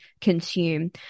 consume